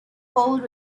old